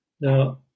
Now